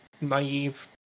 naive